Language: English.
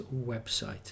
website